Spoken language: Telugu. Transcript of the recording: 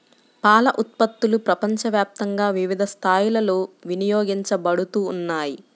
పాల ఉత్పత్తులు ప్రపంచవ్యాప్తంగా వివిధ స్థాయిలలో వినియోగించబడుతున్నాయి